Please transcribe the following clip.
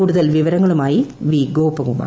കൂടുതൽ വിവരങ്ങളുമായി വി ഗോപകുമാർ